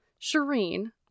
Shireen